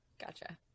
Gotcha